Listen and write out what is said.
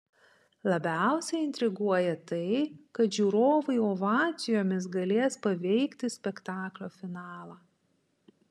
labiausiai intriguoja tai kad žiūrovai ovacijomis galės paveikti spektaklio finalą